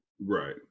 right